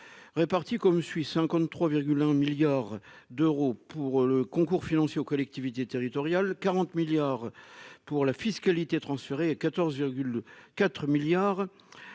répartis comme suit : 53,1 milliards d'euros pour les concours financiers de l'État aux collectivités territoriales, 39,3 milliards d'euros pour la fiscalité transférée et 14,4 milliards